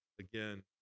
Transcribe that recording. Again